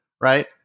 Right